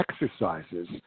exercises